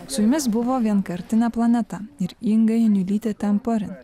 su jumis buvo vienkartinė planeta ir inga janiulytė ten parin